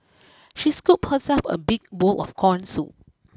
she scooped herself a big bowl of corn soup